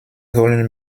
wollen